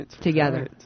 Together